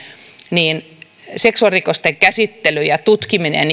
seksuaalirikosten käsittely ja tutkiminen